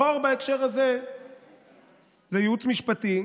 החור בהקשר הזה זה ייעוץ משפטי,